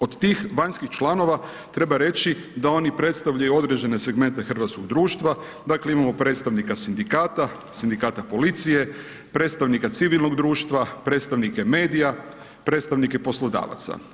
Od tih vanjskih članova treba reći da oni predstavljaju određene segmente hrvatskog društva, dakle imamo predstavnika sindikata, Sindikata policije, predstavnika civilnog društva, predstavnike medija, predstavnike poslodavaca.